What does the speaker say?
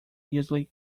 easily